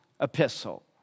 epistle